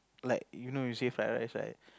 like you know you say fried rice right